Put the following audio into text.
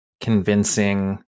convincing